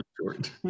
short